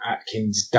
Atkins